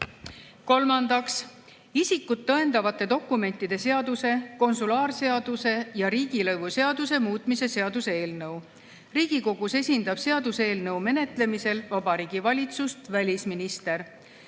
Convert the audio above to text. Kolmandaks, isikut tõendavate dokumentide seaduse, konsulaarseaduse ja riigilõivuseaduse muutmise seaduse eelnõu. Riigikogus esindab seaduseelnõu menetlemisel Vabariigi Valitsust välisminister.